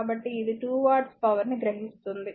కాబట్టి ఇది 2 వాట్ల పవర్ ని గ్రహిస్తుంది